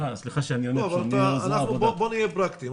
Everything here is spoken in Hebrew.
בואו נהיה פרקטיים,